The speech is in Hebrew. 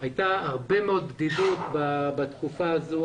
הייתה הרבה מאוד בדידות בתקופה הזאת.